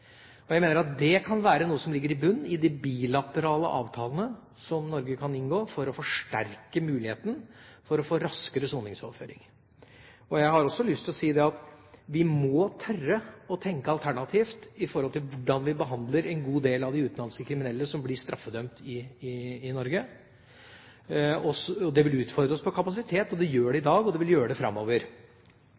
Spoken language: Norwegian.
har jeg initiert det. Jeg mener at det kan være noe som ligger i bunnen i de bilaterale avtalene som Norge kan inngå for å forsterke muligheten for å få raskere soningsoverføringer. Jeg har også lyst til å si at vi må tørre å tenke alternativt med hensyn til hvordan vi behandler en god del av de utenlandske kriminelle som blir straffedømt i Norge. Det vil utfordre oss på kapasitet – det gjør det i dag, og det vil gjøre det framover.